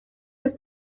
der